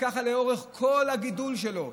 וככה לאורך כל הגידול שלו.